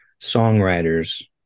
songwriters